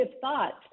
thoughts